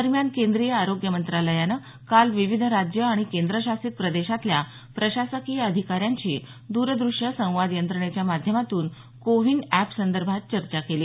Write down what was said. दरम्यान केंद्रीय आरोग्य मंत्रालयानं काल विविध राज्य आणि केंद्रशासीत प्रदेशातल्या प्रशासकीय अधिकाऱ्यांशी दरदृष्य संवाद यंत्रणेच्या माध्यमातून कोव्हिन अॅपसंदर्भात चर्चा केली